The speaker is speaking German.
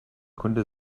kunde